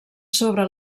sobre